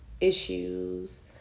issues